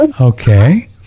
Okay